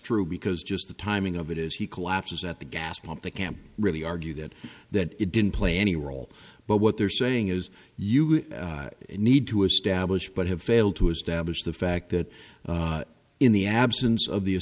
true because just the timing of it as he collapses at the gas pump they can't really argue that that it didn't play any role but what they're saying is you need to establish but have failed to establish the fact that in the absence of the